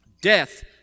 Death